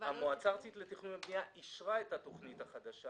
המועצה הארצית לתכנון ובנייה אישרה את התוכנית החדשה.